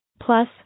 Plus